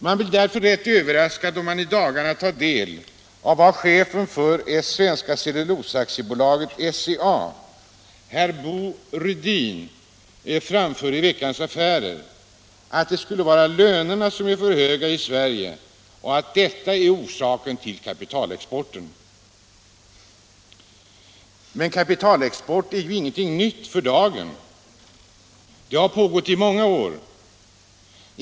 Man blir rätt överraskad då man i dagarna tar del av vad chefen för 133 Svenska Cellulosa AB, herr Bo Rydin, framför i Veckans Affärer, nämligen att lönerna är för höga i Sverige och att detta är orsaken till kapitalexporten från Sverige. Kapitalexporten är inte någonting nytt för dagen. Den har pågått i många år.